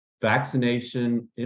vaccination